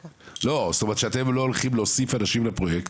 זאת אומרת שאתם לא הולכים להוסיף אנשים לפרויקט